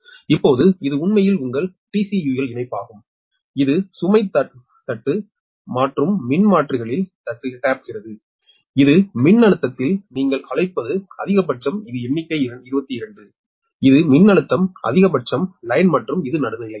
இப்போது இது உண்மையில் உங்கள் TCUL இணைப்பாகும் இது சுமை தட்டு மாற்றும் மின்மாற்றிகளில் தட்டுகிறது இது மின்னழுத்தத்தில் நீங்கள் அழைப்பது அதிகபட்சம் இது எண்ணிக்கை 22 இது மின்னழுத்தம் அதிகபட்சம் லைன் மற்றும் இது நடுநிலை